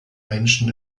menschen